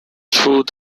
through